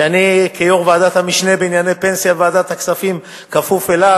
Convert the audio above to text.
שאני כיושב-ראש ועדת המשנה בענייני פנסיה בוועדת הכספים כפוף אליו,